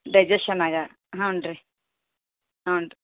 digestion ಆಗ ಹ್ಞೂಂ ರೀ ಹ್ಞೂಂ ರೀ